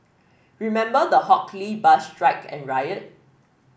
remember the Hock Lee bus strike and riot